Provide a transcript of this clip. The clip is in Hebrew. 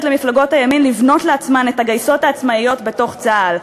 למפלגות הימין לבנות לעצמן את הגייסות העצמאים בתוך צה"ל,